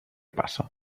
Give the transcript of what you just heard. passa